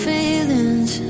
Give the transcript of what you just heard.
feelings